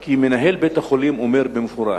כי מנהל בית-החולים אומר במפורש: